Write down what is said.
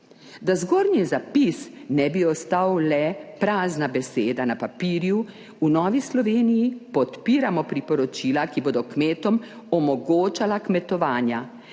Da zgornji zapis ne bi ostal le prazna beseda na papirju, v Novi Sloveniji podpiramo priporočila, ki bodo kmetom omogočala kmetovanja.